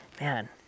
man